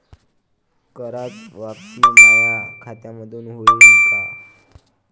कराच वापसी माया खात्यामंधून होईन का?